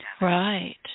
Right